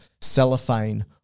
cellophane